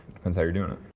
depends how you're doing it.